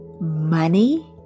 money